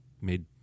made